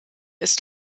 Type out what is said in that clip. ist